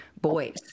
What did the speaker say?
boys